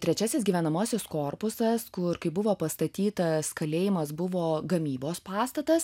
trečiasis gyvenamosis korpusas kur kai buvo pastatytas kalėjimas buvo gamybos pastatas